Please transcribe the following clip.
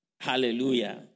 Hallelujah